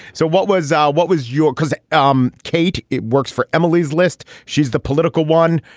so what was what was your cause. um kate it works for emily's list. she's the political one.